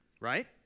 Right